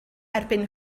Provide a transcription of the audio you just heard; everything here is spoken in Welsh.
erbyn